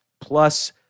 plus